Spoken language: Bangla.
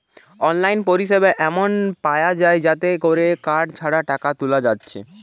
অনলাইন পরিসেবা এমন পায়া যায় যাতে কোরে কার্ড ছাড়া টাকা তুলা যাচ্ছে